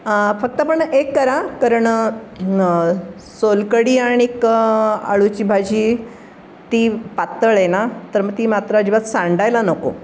फक्त पण एक करा कारण सोलकढी आणि अळूची भाजी ती पातळ आहे ना तर मग ती मात्र अजिबात सांडायला नको